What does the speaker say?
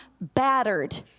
battered